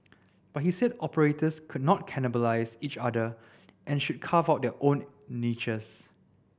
but he said operators could not cannibalise each other and should carve out their own niches